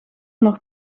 nog